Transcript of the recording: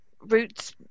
roots